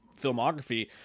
filmography